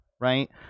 right